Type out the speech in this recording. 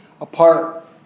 apart